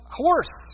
horse